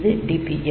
இது DPL